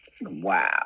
Wow